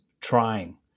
trying